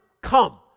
come